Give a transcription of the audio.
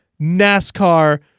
NASCAR